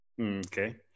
Okay